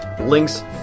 links